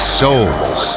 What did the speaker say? souls